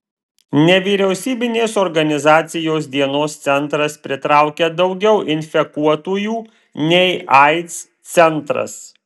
nevyriausybinės organizacijos dienos centras pritraukia daugiau infekuotųjų nei aids centras